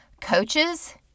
Coaches